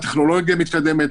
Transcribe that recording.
הטכנולוגיה מתקדמת,